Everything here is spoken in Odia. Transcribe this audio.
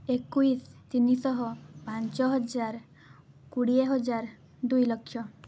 ଏକୋଇଶ ତିନିଶହ ପାଞ୍ଚ ହଜାର କୋଡ଼ିଏ ହଜାର ଦୁଇ ଲକ୍ଷ